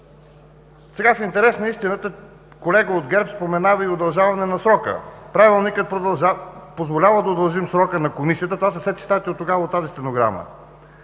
Ви“. В интерес на истината колега от ГЕРБ споменава и удължаване на срока: „Правилникът позволява да удължим срока на Комисията.“ Това са все цитати оттогава от тази стенограма.